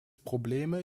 probleme